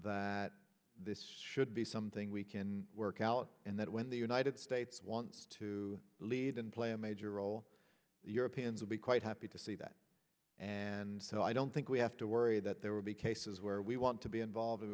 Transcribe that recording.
that this should be something we can work out and that when the united states wants to lead and play a major role the europeans will be quite happy to see that and so i don't think we have to worry that there will be cases where we want to be involved w